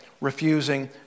refusing